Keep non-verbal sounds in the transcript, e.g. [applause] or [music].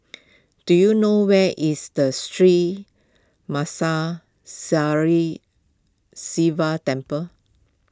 do you know where is the Sri [unintelligible] Sivan Temple